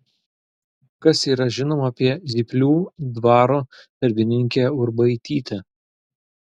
kas yra žinoma apie zyplių dvaro darbininkę urbaitytę